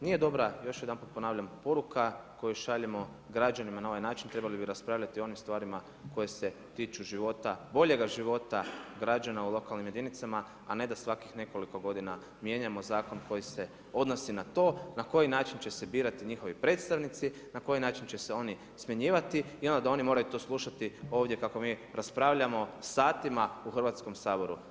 Nije dobra, još jedanput ponavljam poruka koju šaljemo građanima na ovaj način, trebali bi raspravljati o onim stvarima koje se tiču života, boljega života građana u lokalnim jedinicama a ne da svakih nekoliko godina mijenjamo zakon koji se odnosi na to na koji način će se birati njihovi predstavnici, na koji način će se oni smjenjivati i onda da oni moraju to slušati ovdje kako mi raspravljamo satima u Hrvatskom saboru.